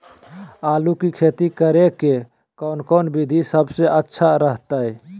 आलू की खेती करें के कौन कौन विधि सबसे अच्छा रहतय?